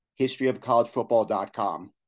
historyofcollegefootball.com